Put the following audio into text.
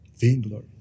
Vainglory